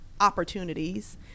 opportunities